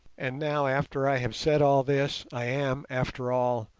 and now after i have said all this, i am, after all,